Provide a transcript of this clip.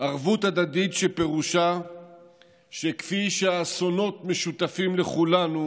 ערבות הדדית, שפירושה שכפי שאסונות משותפים לכולנו